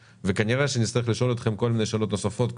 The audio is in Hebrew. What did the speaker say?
וכנראה שנצטרך לשאול אתכם כל מיני שאלות נוספות,